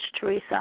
Teresa